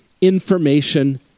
information